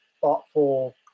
thoughtful